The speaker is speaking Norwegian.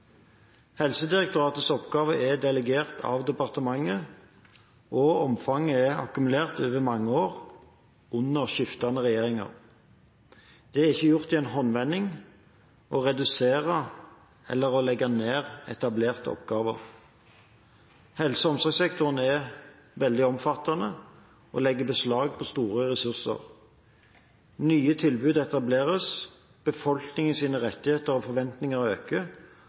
Helsedirektoratets oppgaver er delegert av departementet, og omfanget er akkumulert over mange år, under skiftende regjeringer. Det er ikke gjort i en håndvending å redusere eller å legge ned etablerte oppgaver. Helse- og omsorgssektoren er veldig omfattende og legger beslag på store ressurser. Nye tilbud etableres, befolkningens rettigheter og forventninger øker,